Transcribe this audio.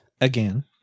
Again